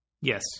Yes